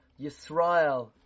Yisrael